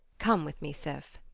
come with me, sif.